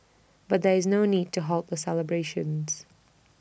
but there is no need to halt the celebrations